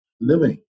living